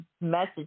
message